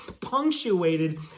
punctuated